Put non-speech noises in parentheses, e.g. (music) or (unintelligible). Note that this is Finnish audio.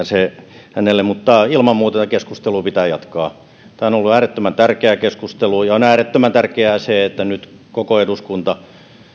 (unintelligible) se hänelle mutta ilman muuta tätä keskustelua pitää jatkaa tämä on ollut äärettömän tärkeä keskustelu ja on äärettömän tärkeää se että nyt koko eduskunta